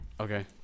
Okay